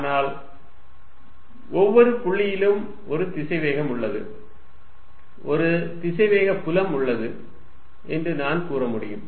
ஆனால் ஒவ்வொரு புள்ளியிலும் ஒரு திசைவேகம் உள்ளது ஒரு திசைவேக புலம் உள்ளது என்று நான் கூற முடியும்